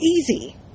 easy